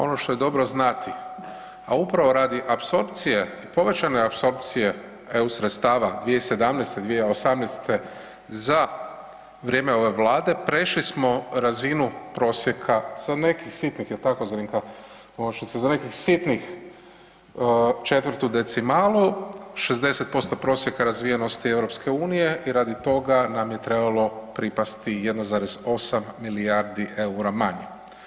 Ono što je dobro znati, a upravo radi apsorpcije, povećane apsorpcije EU sredstava 2017., 2018., za vrijeme ove Vlade prešli smo razinu prosjeka, za nekih sitnih jel tako Zrinka, za nekih sitnih četvrtu decimalu, 60% prosjeka razvijenosti EU i radi toga nam je trebalo pripasti 1,8 milijardi EUR-a manje.